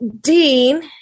Dean